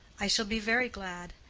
i shall be very glad.